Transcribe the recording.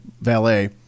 valet